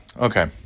Okay